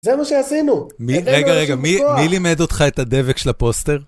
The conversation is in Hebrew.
זה מה שעשינו! מי רגע, רגע, מי מי לימד אותך את הדבק של הפוסטר?